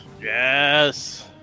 Yes